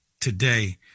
today